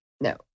No